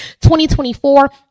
2024